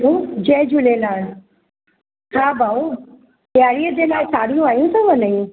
hello जय झूलेलाल हा भाउ ॾियारीअ जे लाइ साड़ियूं आयूं अथव नयूं